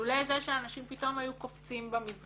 לולא זה שאנשים פתאום היו קופצים במסגרות